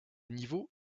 niveau